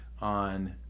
on